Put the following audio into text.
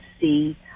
see